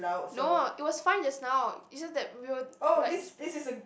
no it was fine just now it's just that we were like